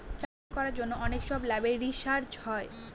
চাষ করার জন্য অনেক সব ল্যাবে রিসার্চ হয়